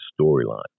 storyline